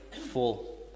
full